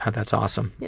ah that's awesome. yeah